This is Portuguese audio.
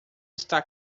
está